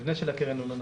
מבנה הקרן לא נכון.